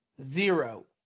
Zero